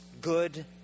good